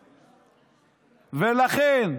ולכן,